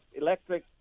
electric